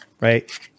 right